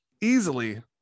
easily